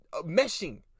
meshing